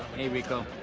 hey, ricco.